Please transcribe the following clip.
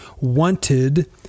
wanted